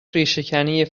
ریشهکنی